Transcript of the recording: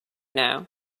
now